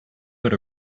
got